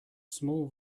small